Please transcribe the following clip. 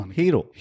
hero